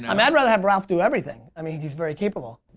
um i'd rather have ralph do everything. i mean he's very capable.